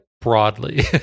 broadly